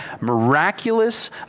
miraculous